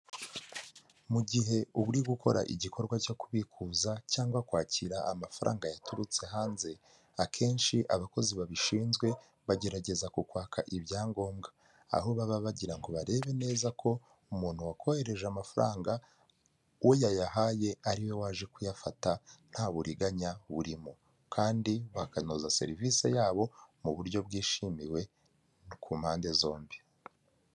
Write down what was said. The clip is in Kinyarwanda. Mu gihe uri gukora igikorwa cyo kubikuza cyangwa kwakira amafaranga yaturutse hanze akenshi abakozi babishinzwe bagerageza kukwaka ibyangombwa aho baba bagirango ngo barebe neza ko umuntu wakohereje amafaranga uwo yayahaye ariwe waje kuyafata nta buriganya burimo kandi bakanoza serivisi yabo mu buryo bwishimiwe ku mpande zombi.